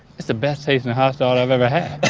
that's the best tasting hot dog i've ever had.